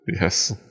Yes